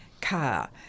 car